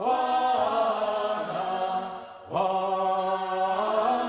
whoa whoa